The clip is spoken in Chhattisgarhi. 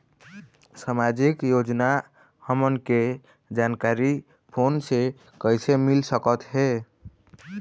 सामाजिक योजना हमन के जानकारी फोन से कइसे मिल सकत हे?